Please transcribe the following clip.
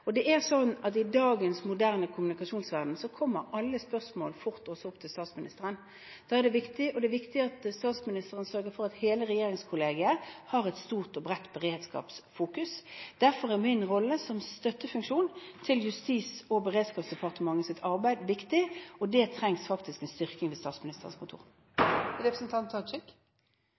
I dagens moderne kommunikasjonsverden kommer alle spørsmål fort opp også til statsministeren. Da er det viktig at statsministeren sørger for at hele regjeringskollegiet har et stort og bredt beredskapsfokus. Derfor er min rolle som støttefunksjon til Justis- og beredskapsdepartementets arbeid viktig, og da trengs det faktisk en styrking ved Statsministerens kontor.